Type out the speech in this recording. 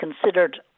considered